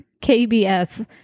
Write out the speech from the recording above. KBS